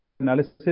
analysis